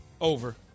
Over